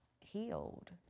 healed